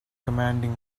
commanding